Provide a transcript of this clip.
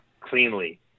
cleanly